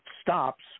stops